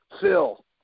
Phil